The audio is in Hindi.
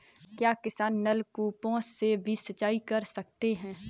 क्या किसान नल कूपों से भी सिंचाई कर सकते हैं?